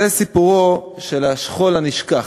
זה סיפורו של השכול הנשכח.